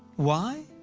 why?